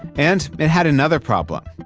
and it had another problem.